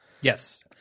Yes